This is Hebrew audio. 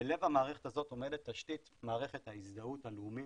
בלב המערכת הזאת עומדת תשתית מערכת ההזדהות הלאומית,